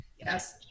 yes